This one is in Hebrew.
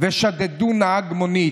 ושדדו נהג מונית,